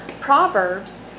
Proverbs